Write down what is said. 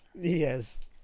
Yes